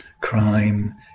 crime